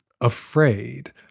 afraid